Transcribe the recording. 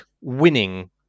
winning